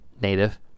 native